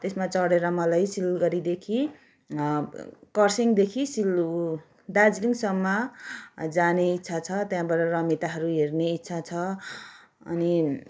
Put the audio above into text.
त्यसमा चढेर मलाई सिलगढीदेखि कर्सियङदेखि सिलगु दार्जिलिङसम्म जाने इच्छा त्यहाँबटा रमिताहरू हेर्ने इच्छा छ अनि